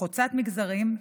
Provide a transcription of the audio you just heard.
חוצת מגזרים,